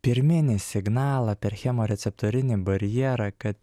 pirminį signalą per chemoreceptorinį barjerą kad